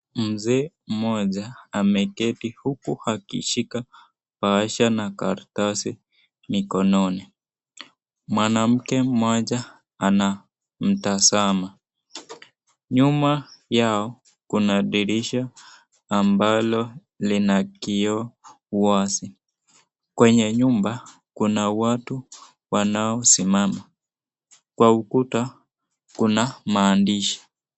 Mzee moja ameketi huku akishika na awasha karatasi mikononi mwana make moja ana mtasama, nyuma yao Kuna dirisha ambayo lina kiyoo wasi kwenye nyumba Kuna watu wanao simama Kwa ukuta Kuna maandishi.